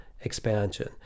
expansion